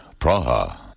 Praha